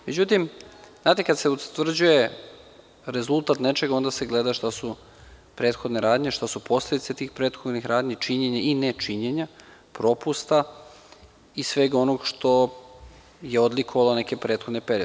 Međutim, kada se utvrđuje rezultat nečega, onda se gleda šta su prethodne radnje, šta su posledice tih prethodnih radnji, činjenja i nečinjenja, propusti i sve ono što je odlikovao neki prethodni period.